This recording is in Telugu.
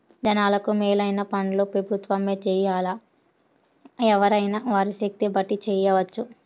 జనాలకు మేలైన పన్లు పెబుత్వమే జెయ్యాల్లా, ఎవ్వురైనా వారి శక్తిని బట్టి జెయ్యెచ్చు